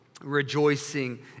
rejoicing